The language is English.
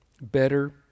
better